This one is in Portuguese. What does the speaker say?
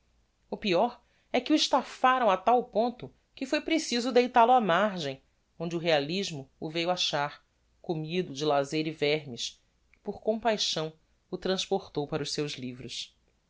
o peor é que o estafaram a tal ponto que foi preciso deital o á margem onde o realismo o veiu achar comido de lazeira e vermes e por compaixão o transportou para os seus livros